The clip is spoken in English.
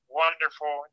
wonderful